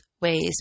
ways